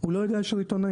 הוא לא יודע שהוא עיתונאי.